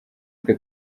twe